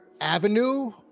avenue